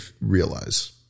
realize